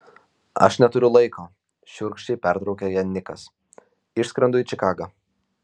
aš neturiu laiko šiurkščiai pertraukė ją nikas išskrendu į čikagą